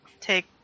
take